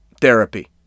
therapy